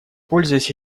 пользуясь